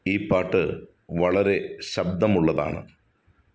ഈ പാട്ട് വളരെ ശബ്ദമുള്ളതാണ്